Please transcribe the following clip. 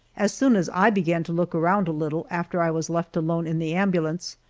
as soon as i began to look around a little after i was left alone in the ambulance,